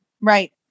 Right